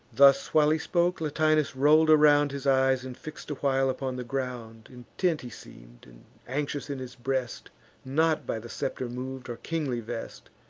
thus while he spoke, latinus roll'd around his eyes, and fix'd a while upon the ground. intent he seem'd, and anxious in his breast not by the scepter mov'd, or kingly vest,